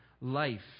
life